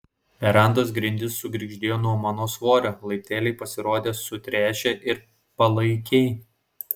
verandos grindys sugirgždėjo nuo mano svorio laipteliai pasirodė sutręšę ir palaikiai